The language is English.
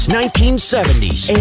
1970s